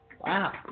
Wow